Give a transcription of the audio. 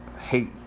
hate